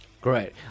Great